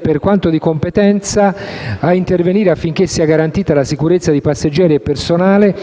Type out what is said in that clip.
«per quanto di competenza, a intervenire affinché sia garantita la sicurezza di passeggeri e personale